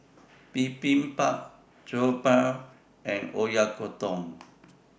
Bibimbap Jokbal and Oyakodon